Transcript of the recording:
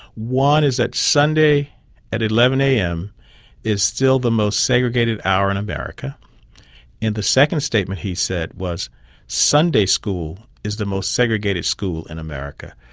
one is that sunday at eleven am is still the most segregated hour in america and the second statement he said was sunday school is the most segregated school in america.